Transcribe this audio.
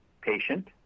patient